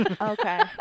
Okay